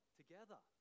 together